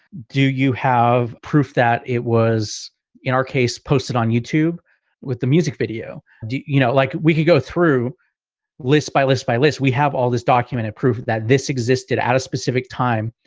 do you have proof that it was in our case posted on youtube with the music video? do you know like we could go through list by list by list we have all this documented proof that this existed at a specific time,